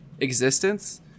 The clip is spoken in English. existence